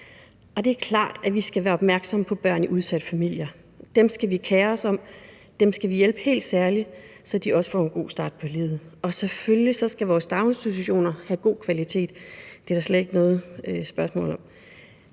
det er klart, at vi skal være opmærksomme på børn i udsatte familier. Dem skal vi kere os om, dem skal vi hjælpe helt særligt, så de også får en god start på livet. Og selvfølgelig skal vores daginstitutioner have god kvalitet. Det er der slet ikke noget spørgsmål om.